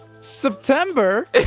September